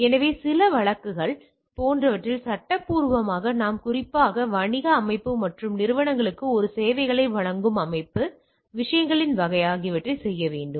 எனவே சில வழக்குகள் போன்றவற்றில் சட்டப்பூர்வமாக நாம் குறிப்பாக வணிக அமைப்பு மற்ற நிறுவனங்களுக்கு சேவைகளை வழங்கும் அமைப்பு மற்றும் விஷயங்களின் வகை ஆகியவற்றைச் செய்ய வேண்டும்